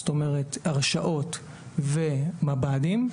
זאת אומרת הרשעות ומב"דים.